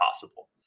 possible